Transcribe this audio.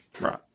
Right